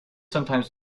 sometimes